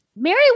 Mary